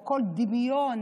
כל דמיון